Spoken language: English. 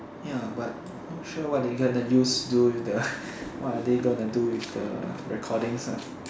ya but not sure what they going to use do with the what are they going to do with the recordings ah